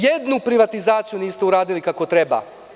Jednu privatizaciju niste uradili kako treba.